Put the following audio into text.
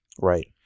Right